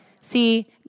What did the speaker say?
See